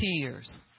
tears